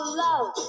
love